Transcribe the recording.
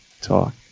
talk